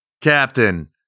Captain